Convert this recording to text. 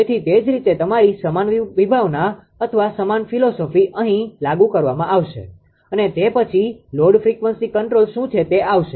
તેથી તે જ રીતે તમારી સમાન વિભાવના અથવા સમાન ફિલોસોફીphilosophyતત્વજ્ઞાન અહીં લાગુ કરવામાં આવશે અને તે પછી લોડ ફ્રીક્વન્સી કંટ્રોલ શુ છે તે આવશે